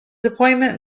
appointment